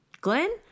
Glenn